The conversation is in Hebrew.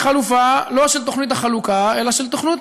היא חלופה לא של תוכנית החלוקה אלא של תוכנית